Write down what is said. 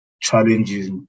challenges